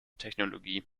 technologie